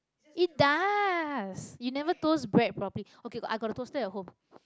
it does you never toast bread properly okay go~ I got a toaster at home